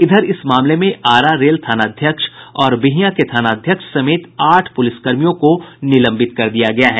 इधर इस मामले में आरा रेल थानाध्यक्ष और बिहिया के थानाध्यक्ष समेत आठ पुलिसकर्मियों को निलंबित कर दिया गया है